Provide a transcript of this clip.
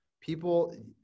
People